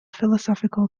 philosophical